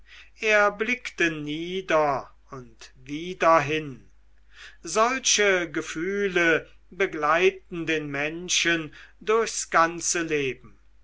er blickte wieder und wieder hin solche gefühle begleiten den menschen durchs ganze leben